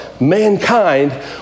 mankind